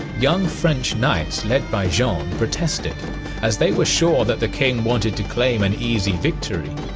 young french knights led by jean protested as they were sure that the king wanted to claim an easy victory.